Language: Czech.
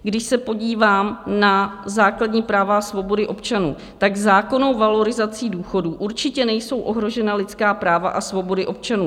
Když se podívám na základní práva a svobody občanů, tak zákonnou valorizací důchodů určitě nejsou ohrožena lidská práva a svobody občanů.